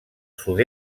sud